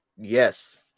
Yes